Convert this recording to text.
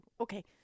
Okay